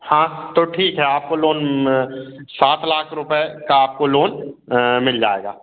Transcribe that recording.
हाँ तो ठीक है आपको लोन सात लाख रुपये का आपको लोन मिल जाएगा